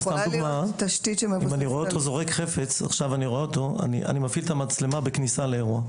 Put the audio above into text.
אני מפעיל את המצלמה בכניסה לאירוע.